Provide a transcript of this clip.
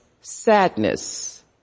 sadness